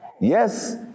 Yes